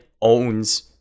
owns